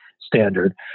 standard